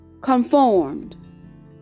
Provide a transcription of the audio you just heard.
conformed